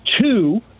Two